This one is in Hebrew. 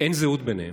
אין זהות ביניהם.